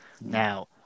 Now